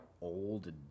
old